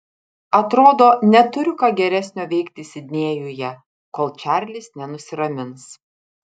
atrodo neturiu ką geresnio veikti sidnėjuje kol čarlis nenusiramins